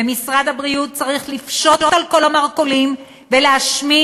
ומשרד הבריאות צריך לפשוט על כל המרכולים ולהשמיד